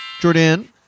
Jordan